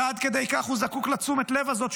עד כדי כך הוא זקוק לתשומת הלב הזאת,